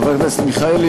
חברת הכנסת מיכאלי,